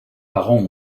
parents